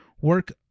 work